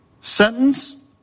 Sentence